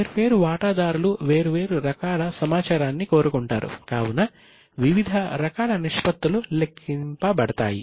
వేర్వేరు వాటాదారులు వేర్వేరు రకాల సమాచారాన్ని కోరుకుంటారు కావున వివిధ రకాల నిష్పత్తులు లెక్కింపబడతాయి